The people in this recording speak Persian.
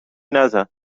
نزن